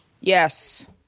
Yes